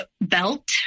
belt